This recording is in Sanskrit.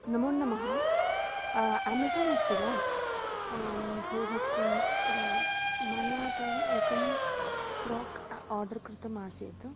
नमोन्नमः आमेज़ान् अस्ति वा भोः किं मया तु एकं फ्रो़क् आर्डर् कृतमासीत्